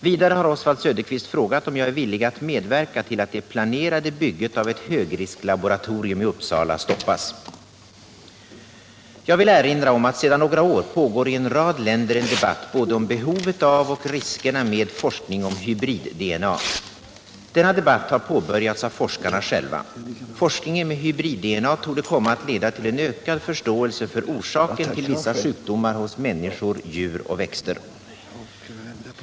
Vidare har Oswald Söderqvist frågat om jag är villig att 37 medverka till att det planerade bygget av ett högrisklaboratorium i Uppsala stoppas. Jag vill erinra om att sedan några år pågår i en rad länder en debatt om både behovet av och riskerna med forskning om hybrid-DNA. Denna debatt har påbörjats av forskarna själva. Forskningen med hybrid-DNA torde komma att leda till en ökad förståelse för orsaken till vissa sjukdomar hos människor, djur och växter.